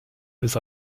bis